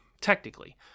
Technically